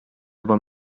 juba